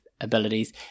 abilities